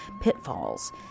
pitfalls